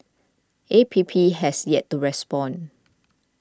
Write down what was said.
A P P has yet to respond